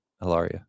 hilaria